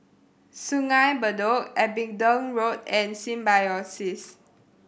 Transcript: Sungei Bedok Abingdon Road and Symbiosis